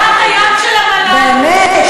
באמת.